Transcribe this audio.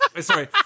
Sorry